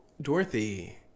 Dorothy